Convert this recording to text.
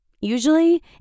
Usually